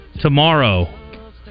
tomorrow